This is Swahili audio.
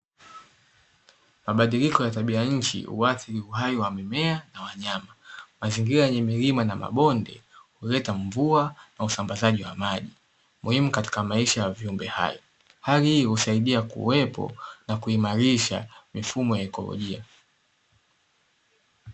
Mabadiliko ya tabia nchi, huathiri uhai wa mimea na wanyama, mazingira yenye milima na mabonde huleta mvua na usambazaji wa maji muhimu katika maisha ya viumbe hai. Hali hii husaidia kuwepo na kuimarisha mifumo ya ekologia.